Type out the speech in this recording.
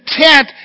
content